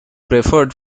preferred